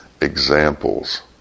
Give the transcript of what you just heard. examples